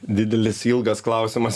didelis ilgas klausimas